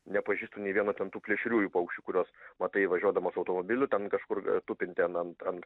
nepažįstu nė vieno ten tų plėšriųjų paukščių kuriuos matai važiuodamas automobiliu ten kažkur tupintį an ant ant